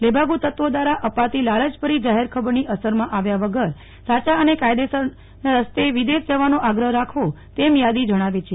લેભાગુ તત્વો દ્વારા આપતી લાલયભરી જાહેરખબર ની અસર માં આવ્યા વગર સાયા અને કાથદેસર ન રસ્તે વિદેશ જવાનો આગ્રહ રાખવો તેમ યાદી જણાવે છે